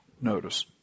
notice